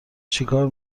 چیکار